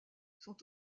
sont